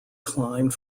climbed